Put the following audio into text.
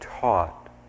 taught